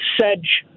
sedge